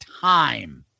time